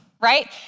right